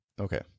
Okay